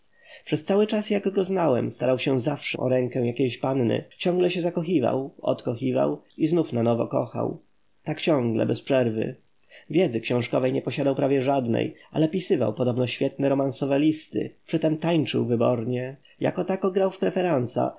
przez cały czas jak go znałem starał się zawsze o rękę jakiejś panny ciągle się zakochiwał odkochiwał i znów się nanowo kochał tak ciągle bez przerwy wiedzy książkowej nie posiadał prawie żadnej ale pisywał podobno świetne romansowe listy przytem tańczył wybornie jako tako grał w